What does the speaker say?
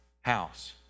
house